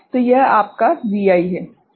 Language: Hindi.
तो यह आपका Vi है